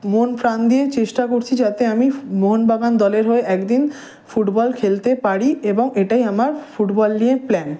মন প্রাণ দিয়ে চেষ্টা করছি যাতে আমি ফু মোহনবাগান দলের হয়ে এক দিন ফুটবল খেলতে পারি এবং এটাই আমার ফুটবল নিয়ে প্ল্যান